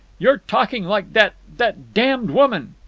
you're talking like that that damned woman!